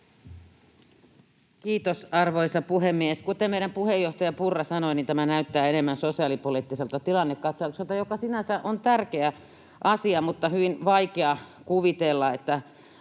Kiitos, arvoisa puhemies! Kuten meidän puheenjohtaja Purra sanoi, tämä näyttää enemmän sosiaalipoliittiselta tilannekatsaukselta, joka sinänsä on tärkeä asia, mutta on hyvin vaikea kuvitella,